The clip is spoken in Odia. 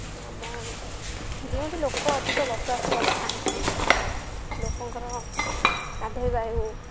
ଆମ ଯେଉଁଠି ଲୋକ ଅଧିକ ବସବାସ କରିଥାନ୍ତି ଲୋକଙ୍କର ଗାଧୋଇବା ହେଉ